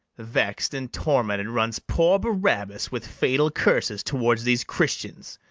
vex'd and tormented runs poor barabas with fatal curses towards these christians.